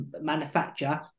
manufacture